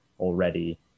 already